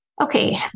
Okay